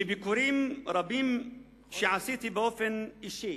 מביקורים רבים שעשיתי באופן אישי